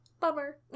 Bummer